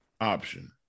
option